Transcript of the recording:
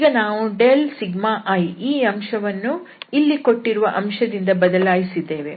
ಈಗ ನಾವು i ಈ ಅಂಶವನ್ನು ಇಲ್ಲಿ ಕೊಟ್ಟಿರುವ ಅಂಶದಿಂದ ಬದಲಾಯಿಸಿದ್ದೇವೆ